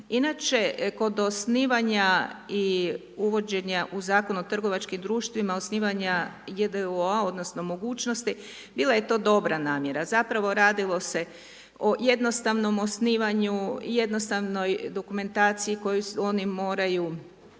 Inače, kod osnivanja i uvođenja u Zakon o trgovačkim društvima, osnivanja j.d.o. odnosno, mogućnosti, bila je to dobra namjera, zapravo radilo se o jednostavnom osnivanju, jednostavnoj dokumentaciji koju oni moraju